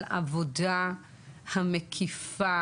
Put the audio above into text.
על העבודה המקיפה.